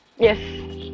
Yes